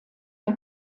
der